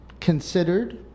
considered